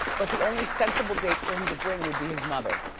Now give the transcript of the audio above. but the only sensible date for him to bring would be his mother.